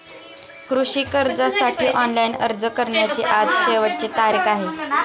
कृषी कर्जासाठी ऑनलाइन अर्ज करण्याची आज शेवटची तारीख आहे